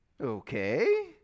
Okay